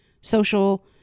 social